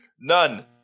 None